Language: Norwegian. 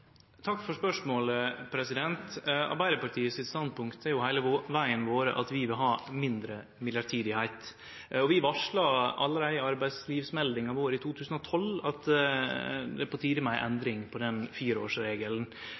Takk for spørsmålet. Arbeidarpartiet sitt standpunkt har heile vegen vore at vi vil ha mindre bruk av mellombelse stillingar. Vi varsla allereie i arbeidslivsmeldinga vår i 2012 at det var på tide med ei endring av fireårsregelen,